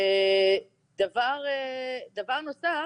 דבר נוסף,